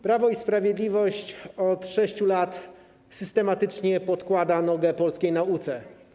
Prawo i Sprawiedliwość od 6 lat systematycznie podkłada nogę polskiej nauce.